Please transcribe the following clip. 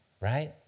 right